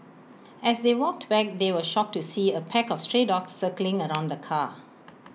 as they walked back they were shocked to see A pack of stray dogs circling around the car